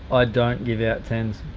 i don't give out ten